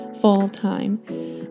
full-time